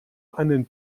einen